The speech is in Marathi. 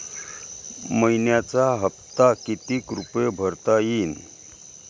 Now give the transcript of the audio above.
मइन्याचा हप्ता कितीक रुपये भरता येईल?